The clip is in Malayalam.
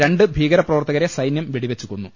രണ്ട് ഭീകരപ്രവർത്ത കരെ സൈനൃം വെടിവെച്ച് കൊന്നു